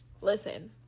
Listen